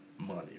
Money